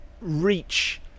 reach